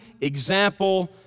example